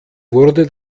wurde